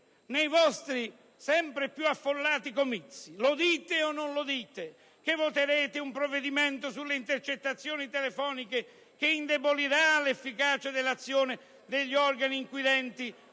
Nei vostri sempre più affollati comizi lo dite o non lo dite che voterete un provvedimento sulle intercettazioni telefoniche che indebolirà l'efficacia dell'azione degli organi inquirenti